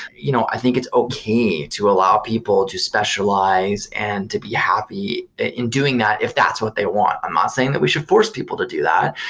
you know i think it's okay to allow people to specialize and to be happy in doing that if that's what they want. i'm not saying that we should force people to do that.